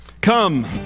Come